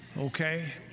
Okay